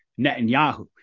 Netanyahu